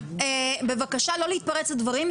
בבקשה לא להתפרץ לדברים.